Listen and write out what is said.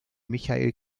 michael